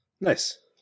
Nice